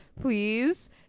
please